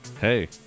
Hey